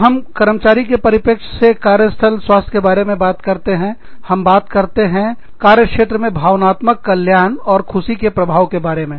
जब हम कर्मचारी के परिपेक्ष से कार्य स्थल स्वास्थ्य के बारे में बात करते हैं हम बात करते हैं कार्य क्षेत्र में भावनात्मक कल्याण और खुशी के प्रभाव के बारे में